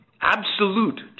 absolute